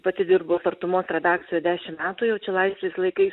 pati dirbau partumos redakcijoj dešim metų jau čia laisvės laikais